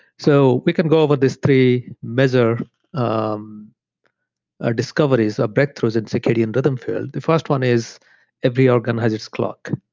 so, we can go over this three major um discoveries or breakthroughs in circadian rhythm field. the first one is every organ has its clock.